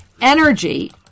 energy